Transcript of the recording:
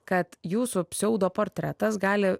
kad jūsų pseudoportretas gali